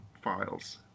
Files